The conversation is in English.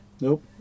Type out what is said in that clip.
Nope